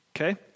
okay